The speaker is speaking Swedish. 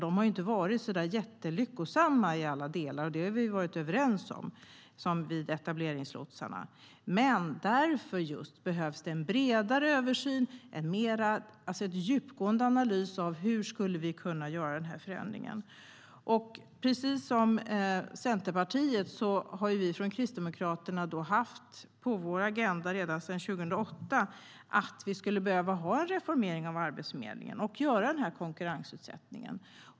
De har inte varit så där väldigt lyckosamma i alla delar, och det har vi ju varit överens om, till exempel när det gäller etableringslotsarna. Just därför behövs det en bredare översyn och en djupgående analys av hur vi skulle kunna göra denna förändring. Precis som Centerpartiet har vi från Kristdemokraterna haft på vår agenda ända sedan 2008 att vi skulle behöva reformera Arbetsförmedlingen och göra den här konkurrensutsättningen.